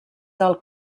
del